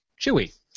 chewy